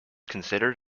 considered